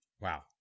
Wow